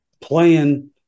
playing